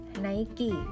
Nike